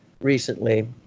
recently